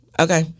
Okay